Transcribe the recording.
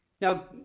Now